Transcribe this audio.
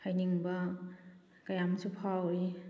ꯍꯩꯅꯤꯡꯕ ꯀꯌꯥꯑꯝꯁꯨ ꯐꯥꯎꯔꯤ